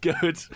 Good